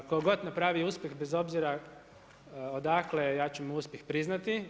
Tko god napravi uspjeh bez obzira odakle ja ću mu uspjeh priznati.